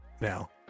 now